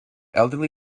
elderly